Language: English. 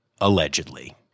allegedly